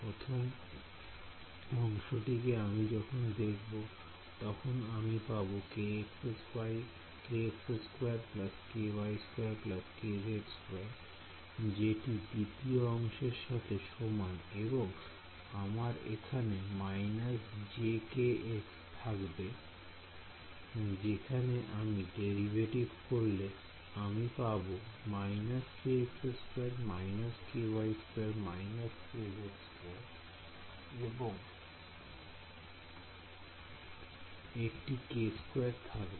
প্রথম অংশটি কি আমি যখন দেখব তখন আমি পাব যেটি দ্বিতীয় অংশের সাথে সমান এবং আমার এখানে jkx থাকবে যেখানে আমি ডেরিভেটিভ করলে আমি পাব এবং একটি থাকবে